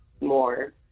More